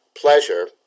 pleasure